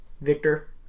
Victor